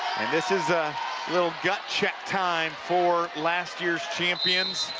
and this is a little gut check time for last year's champions.